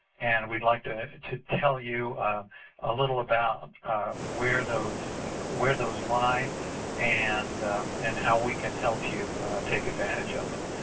and weid like to to tell you a little about where those where those lie and and how we can help you take advantage of them.